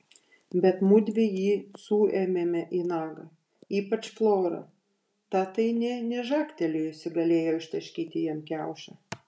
bet mudvi jį suėmėme į nagą ypač flora ta tai nė nežagtelėjusi galėjo ištaškyti jam kiaušą